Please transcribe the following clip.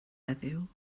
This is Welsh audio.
heddiw